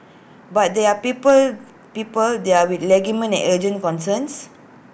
but there are people people there with legitimate and urgent concerns